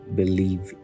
believe